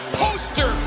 poster